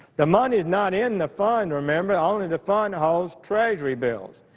the money is not in the fund, remember. only the fund holds treasury bills.